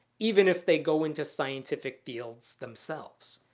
even if they go into scientific fields themselves.